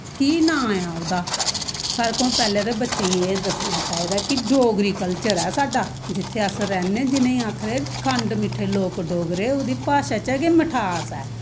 केह् नांऽ ऐ ओह्दा सारें कोला पैह्लें ते बच्चें ई एह् दस्सना चाही दा कि डोगरी कल्चर ऐ साढ़ा जित्थें अस रैह्न्नें जिनेंई आखदे खंड मिट्ठे लोक डोगरे ओह्दी भाशा च गै मठास ऐ